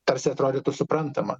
tarsi atrodytų suprantama